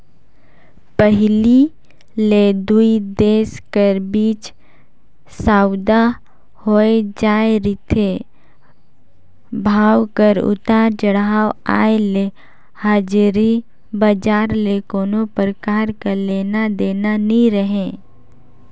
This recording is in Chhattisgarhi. पहिली ले दुई देश कर बीच सउदा होए जाए रिथे, भाव कर उतार चढ़ाव आय ले हाजरी बजार ले कोनो परकार कर लेना देना नी रहें